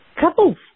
couples